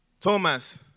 Thomas